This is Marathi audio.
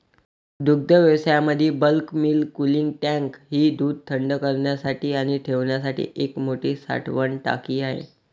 दुग्धव्यवसायामध्ये बल्क मिल्क कूलिंग टँक ही दूध थंड करण्यासाठी आणि ठेवण्यासाठी एक मोठी साठवण टाकी आहे